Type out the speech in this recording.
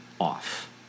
off